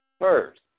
first